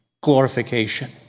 glorification